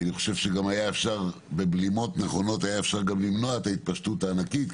אני חושב שאפשר היה גם בבלימות נכונות למנוע את ההתפשטות הענקית.